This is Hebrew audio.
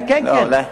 כן, כן.